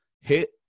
hit